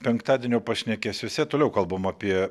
penktadienio pašnekesiuose toliau kalbam apie